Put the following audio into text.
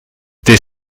des